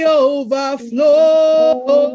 overflow